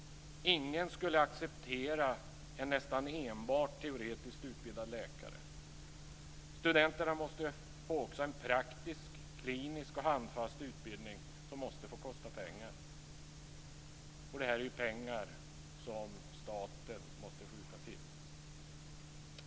Ingen skulle acceptera en nästan enbart teoretiskt utbildad läkare. Studenterna måste också få en praktisk, klinisk och handfast utbildning som måste få kosta pengar. Dessa pengar måste staten skjuta till.